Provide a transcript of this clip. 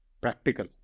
practical